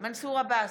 מנסור עבאס,